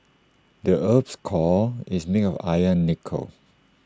the Earth's core is made of iron and nickel